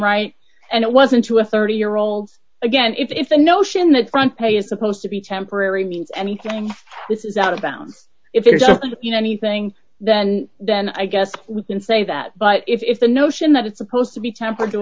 right and it wasn't to a thirty year old again if the notion that front pay is supposed to be temporary means anything this is out of bounds if there's you know anything then then i guess we can say that but if the notion that it's supposed to be tempered to